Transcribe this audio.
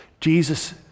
Jesus